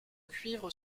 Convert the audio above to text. cuivre